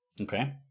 Okay